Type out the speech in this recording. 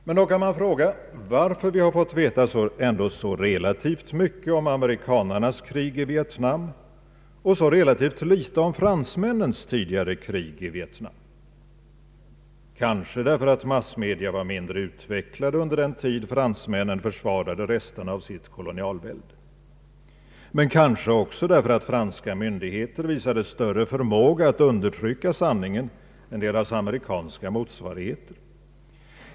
Men varför har vi fått veta så relativt mycket om amerikanernas krig i Vietnam och så relativt litet om fransmännens krig i Vietnam? Kanske därför att massmedia var mindre utvecklade under den tid fransmännen försvarade resterna av sitt kolonialvälde. Men kanske också därför att franska myndigheter visade större förmåga att undertrycka sanningen än deras amerikanska motsvarigheter.